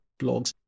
blogs